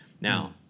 Now